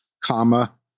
comma